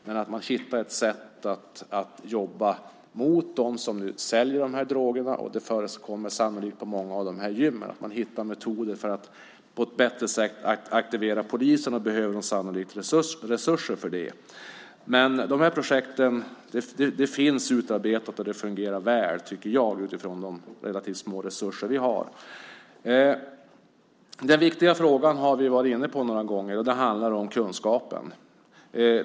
Vi ska hitta ett sätt att jobba mot dem som säljer drogerna - det förekommer sannolikt på många av gymmen. Vi måste hitta metoder för att på ett bättre sätt aktivera polisen, och polisen behöver sannolikt resurser för det. Projekten finns utarbetade och fungerar väl med tanke på de små resurser vi har. Vi har varit inne på den viktiga frågan några gånger, nämligen kunskapen.